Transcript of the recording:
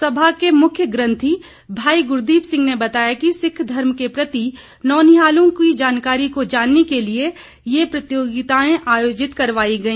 सभा के मुख्य ग्रंथी भाई गुरदीप सिंह ने बताया कि सिक्रव धर्म के प्रति नौनिहालों की जानकारी को जानने के लिए ये प्रतियोगिताएं आयोजित करवाई गई